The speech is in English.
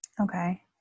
Okay